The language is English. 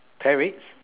fair wage